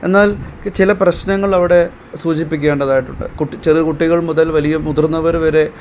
എന്നാൽ ചില പ്രശ്നങ്ങളവിടെ സൂചിപ്പിക്കേണ്ടതായിട്ടുണ്ട് കുട്ടി ചെറിയ കുട്ടികൾ മുതൽ വലിയ മുതിർന്നവർ വരെ